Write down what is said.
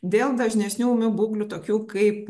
dėl dažnesnių ūmių būklių tokių kaip